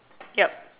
ya